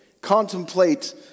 contemplate